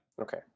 okay